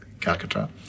Calcutta